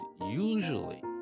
usually